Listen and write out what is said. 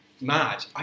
mad